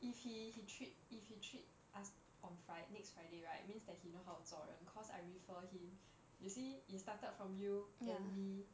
if he he treat if he treat us on fri~ next friday right means that he know how to 做人 cause I refer him you see it started from you then me